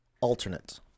Alternate